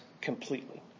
completely